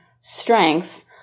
strength